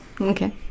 Okay